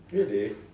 really